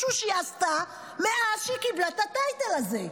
משהו שהיא עשתה מאז שהיא קיבלה את הטייטל הזה.